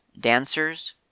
dancers